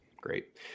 Great